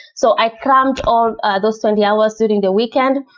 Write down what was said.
so i cramped on ah those twenty hours during the weekend.